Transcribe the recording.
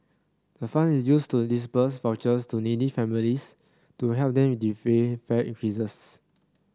the fund is used to disburse vouchers to needy families to help them defray fare increases